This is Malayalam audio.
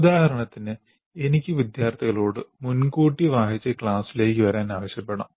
ഉദാഹരണത്തിന് എനിക്ക് വിദ്യാർത്ഥികളോട് മുൻകൂട്ടി വായിച്ച് ക്ലാസിലേക്ക് വരാൻ ആവശ്യപ്പെടാം